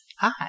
Hi